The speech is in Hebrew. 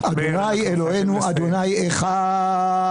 בית המשפט יוכל להגן עלינו בנושא זכות ההפגנה?